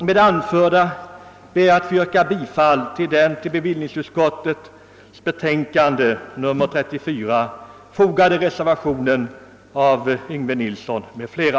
Med det anförda ber jag att få yrka bifall till den vid bevillningsutskottets betänkande nr 34 fogade reservationen av herr Yngve Nilsson m.fl.